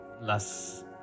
last